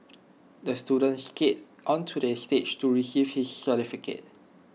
the student skated onto the stage to receive his certificate